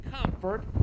comfort